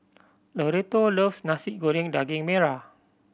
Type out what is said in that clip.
Loretto loves Nasi Goreng Daging Merah